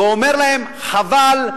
ואומר להם: חבל,